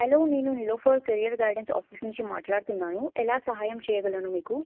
hello నేను Nilofar career guidance office నుంచి మాట్లాడుతున్నాను ఎలా సహాయం చేయగలను మీకు